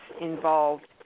involved